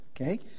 okay